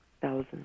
Thousands